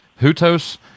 hutos